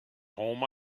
home